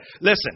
Listen